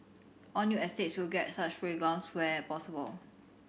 all new estates will get such playgrounds where possible